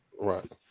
right